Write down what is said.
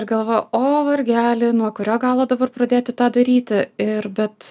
ir galvoji o vargeli nuo kurio galo dabar pradėti tą daryti ir bet